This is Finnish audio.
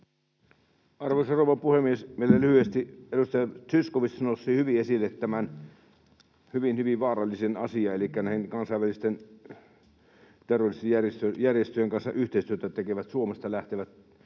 Arvoisa rouva puhemies! Vielä lyhyesti: Edustaja Zyskowicz nosti hyvin esille tämän hyvin, hyvin vaarallisen asian, elikkä näiden kansainvälisten terroristijärjestöjen kanssa yhteistyötä tekevät, Suomesta lähtevät